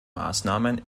maßnahmen